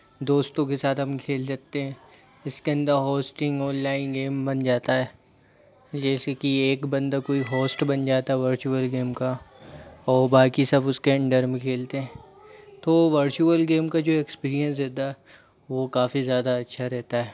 दोस्तों के साथ हम खेल सकते हैं इसके अंदर होस्टिंग ऑनलाइन गेम बन जाता है जैसे कि एक बंदा कोई होस्ट बन जाता है वर्चुअल गेम का और बाकी सब उसके अंडर में खेलते हैं तो वर्चुअल गेम का जो एक्सपीरियंस रहता है वो काफ़ी ज़्यादा अच्छा रहता है